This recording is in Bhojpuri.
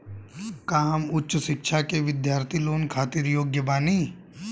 का हम उच्च शिक्षा के बिद्यार्थी लोन खातिर योग्य बानी?